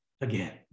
again